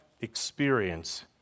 experience